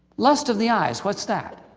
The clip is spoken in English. lust of the eyes, what's that?